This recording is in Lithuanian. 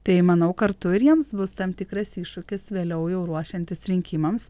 tai manau kartu ir jiems bus tam tikras iššūkis vėliau jau ruošiantis rinkimams